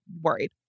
worried